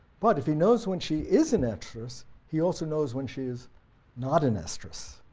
but if he knows when she is in estrus he also knows when she is not in estrus,